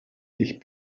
dich